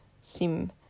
seem